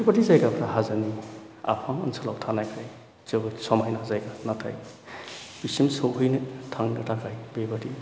बेफोरबादि जायगाफोरा हाजोनि आफां ओनसोलाव थानायखाय जोबोद समायना जायगा नाथाय बेसिम सहैनो थांनो थाखाय बेबायदि